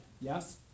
yes